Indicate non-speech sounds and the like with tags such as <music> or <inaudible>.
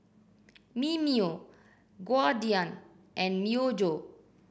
Mimeo <unintelligible> and Myojo